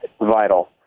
vital